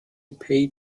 page